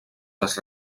les